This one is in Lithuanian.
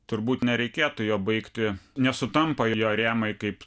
turbūt nereikėtų jo baigti nesutampa jo rėmai kaip